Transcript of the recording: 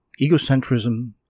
Egocentrism